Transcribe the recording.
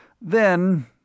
Then